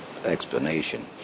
Explanation